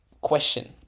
question